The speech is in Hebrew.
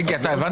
איגי, אתה הבנת?